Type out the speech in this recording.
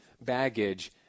baggage